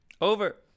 over